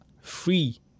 free